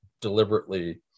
deliberately